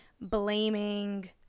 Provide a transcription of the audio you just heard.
blaming